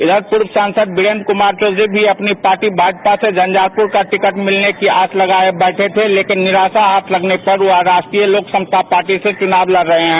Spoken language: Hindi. इधर पूर्व सांसद वीरेंद्र कुमार चौधरी भी अपनी पार्टी भाजपा से झंझारपुर का टिकट मिलने की आस लगाये थे लेकिन निराशा हाथ लगने पर वे राष्ट्रीय लोक समता पार्टी से चुनाव लड रहे हैं